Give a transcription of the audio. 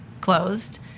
closed